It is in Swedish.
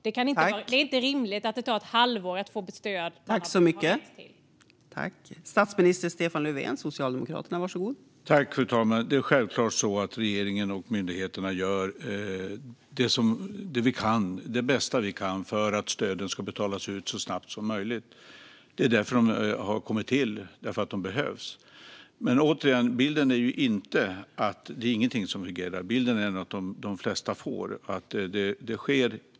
Det är inte rimligt att det tar ett halvår att få stöd som man har rätt till.